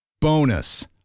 Bonus